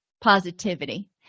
positivity